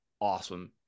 awesome